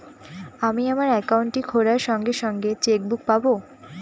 আমি আমার একাউন্টটি খোলার সঙ্গে সঙ্গে চেক বুক পাবো?